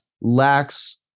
lacks